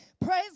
Praise